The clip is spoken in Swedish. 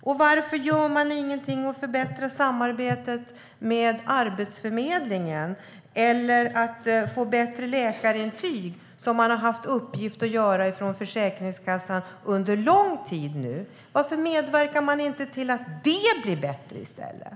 Och varför gör ni ingenting för att förbättra samarbetet med Arbetsförmedlingen eller för att få bättre läkarintyg, som Försäkringskassan har haft i uppgift under lång tid nu? Varför medverkar ni inte till att det blir bättre i stället?